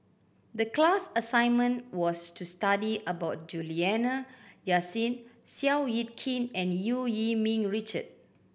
the class assignment was to study about Juliana Yasin Seow Yit Kin and Eu Yee Ming Richard